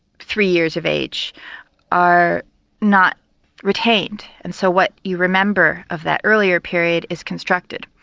three years of age are not retained, and so what you remember of that earlier period is constructed.